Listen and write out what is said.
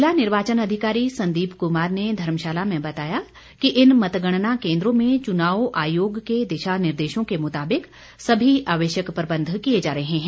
जिला निर्वाचन अधिकारी संदीप कुमार ने धर्मशाला में बताया कि इन मतगणना केंद्रों में चुनाव आयोग के दिशा निर्देशों के मुताबिक सभी आवश्यक प्रबंध किए जा रहे हैं